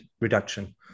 reduction